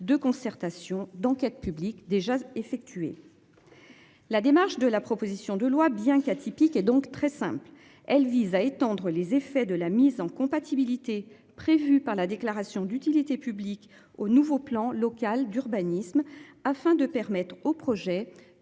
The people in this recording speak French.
de concertation d'enquête publique déjà effectué. La démarche de la proposition de loi bien qui atypique et donc très simple, elle vise à étendre les effets de la mise en compatibilité prévue par la déclaration d'utilité publique au nouveau plan local d'urbanisme afin de permettre au projet de